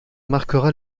marquera